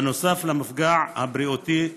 נוסף על המפגע הבריאותי,